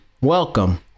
Welcome